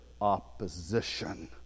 opposition